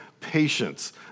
patience